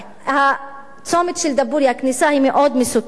הצומת של דבורייה, הכניסה מאוד מסוכנת.